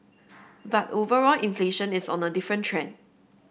but overall inflation is on a different trend